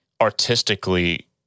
artistically